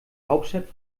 hauptstadt